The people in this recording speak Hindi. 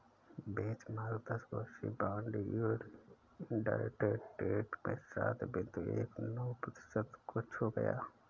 बेंचमार्क दस वर्षीय बॉन्ड यील्ड इंट्राडे ट्रेड में सात बिंदु एक नौ प्रतिशत को छू गया